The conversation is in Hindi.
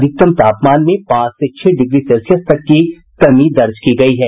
अधिकतम तापमान में पांच से छह डिग्री सेल्सियस तक की कमी दर्ज की गयी है